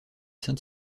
saint